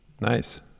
Nice